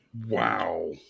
Wow